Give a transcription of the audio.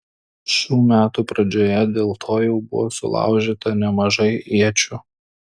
šių metų pradžioje dėl to jau buvo sulaužyta nemažai iečių